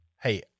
Hey